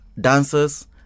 dancers